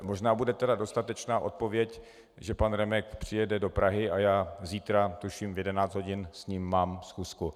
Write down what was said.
Možná bude dostatečná odpověď, že pan Remek přijede do Prahy a já zítra, tuším v 11 hodin, s ním mám schůzku.